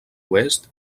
oest